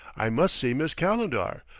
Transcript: i must see miss calendar,